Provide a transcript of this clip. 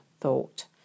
thought